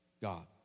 God